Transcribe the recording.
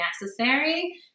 necessary